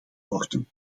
worden